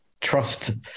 trust